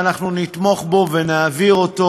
ואנחנו נתמוך בו ונעביר אותו.